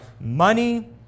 money